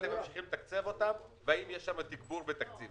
אתם ממשיכים לתקצב אותן והאם יש תגבור בתקציב?